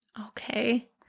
Okay